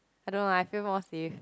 I don't know lah I feel more safe